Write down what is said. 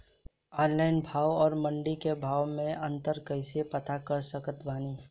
Online भाव आउर मंडी के भाव मे अंतर कैसे पता कर सकत बानी?